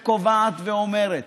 וקובעת ואומרת: